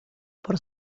por